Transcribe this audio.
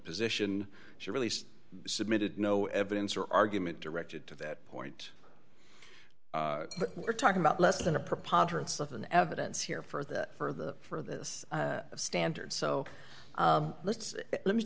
position she released submitted no evidence or argument directed to that point we're talking about less than a preponderance of an evidence here for that for the for this standard so let's let me